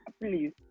please